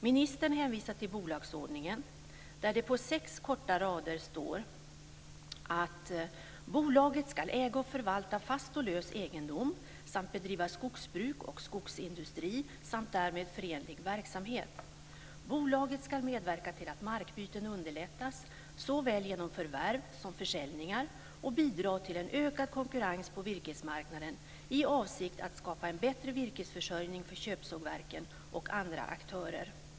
Ministern hänvisar till bolagsordningen, där det på sex korta rader står: "Bolaget skall äga och förvalta fast och lös egendom samt bedriva skogsbruk och skogsindustri samt därmed förenlig verksamhet. Bolaget skall medverka till att markbyten underlättas såväl genom förvärv som försäljningar och bidra till en ökad konkurrens på virkesmarknaden i avsikt att skapa en bättre virkesförsörjning för köpsågverken och andra aktörer.